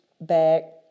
back